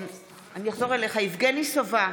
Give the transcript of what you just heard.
בעד יבגני סובה,